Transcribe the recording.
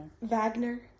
Wagner